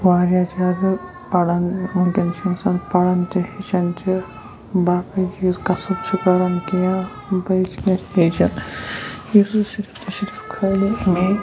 واریاہ زیادٕ پَران وٕنکیٚن چھِ اِنسان پَران تہِ ہیٚچھان چھِ باقٕے چیٖز کَسٕب چھِ کَران کینٛہہ یا بیٚیہِ چھِ کینٛہہ ہیٚچھان یُس یہِ صرف تہٕ صرف خٲلی بیٚیہِ